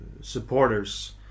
supporters